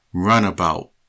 runabout